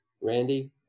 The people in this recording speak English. Randy